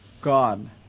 God